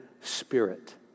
spirit